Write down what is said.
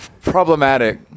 Problematic